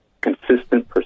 consistent